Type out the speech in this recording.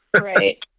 Right